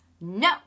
no